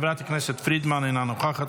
חברת הכנסת פרידמן אינה נוכחת,